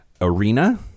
Arena